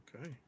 Okay